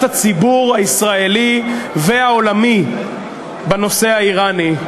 הציבור הישראלי והעולמי בנושא האיראני.